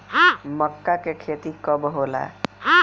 माका के खेती कब होला?